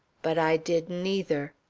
but i did neither.